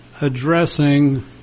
addressing